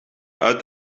uit